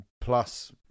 plus